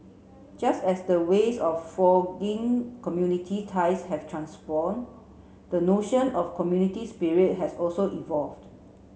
just as the ways of community ties have transformed the notion of community spirit has also evolved